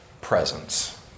presence